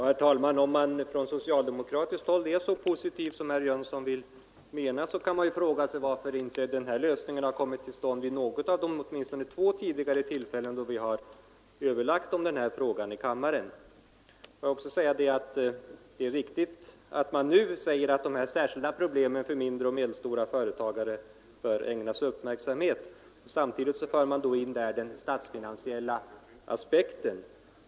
Herr talman! Om man på socialdemokratiskt håll är så positiv som herr Jönsson i Malmö tycks anse, vill jag fråga varför problemet inte fått sin lösning vid de åtminstone två tidigare tillfällen då vi har överlagt om detta spörsmål i kammaren. Det är riktigt att man nu säger att dessa särskilda problem för ägare av mindre och medelstora företag bör ägnas uppmärksamhet. Samtidigt för man in den statsfinansiella aspekten.